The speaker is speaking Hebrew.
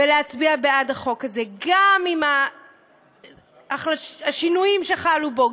ולהצביע בעד החוק הזה, גם עם השינויים שחלו בו.